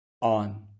on